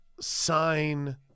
sign